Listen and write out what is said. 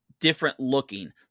different-looking